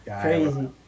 crazy